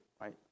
right